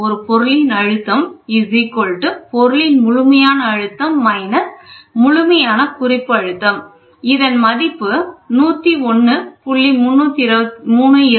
ஒரு பொருளின் அழுத்தம் பொருளின் முழுமையான அழுத்தம் முழுமையான குறிப்பு அழுத்தம் இதன் மதிப்பு 101